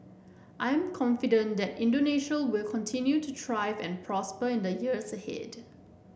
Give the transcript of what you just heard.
I am confident that Indonesia will continue to thrive and prosper in the years ahead